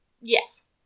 yes